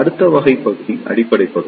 அடுத்த வகை பகுதி அடிப்படை பகுதி